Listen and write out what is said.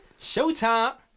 Showtime